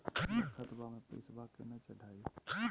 हमर खतवा मे पैसवा केना चढाई?